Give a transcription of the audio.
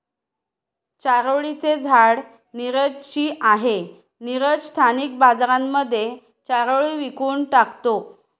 चारोळी चे झाड नीरज ची आहे, नीरज स्थानिक बाजारांमध्ये चारोळी विकून टाकतो